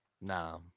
Nah